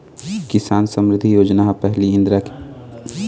किसान समरिद्धि योजना ह पहिली इंदिरा खेत गंगा योजना के नांव ले लागू करे गे रिहिस हे